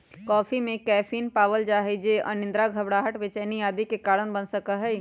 coffee में caffeine पावल जा हई जो अनिद्रा, घबराहट, बेचैनी आदि के कारण बन सका हई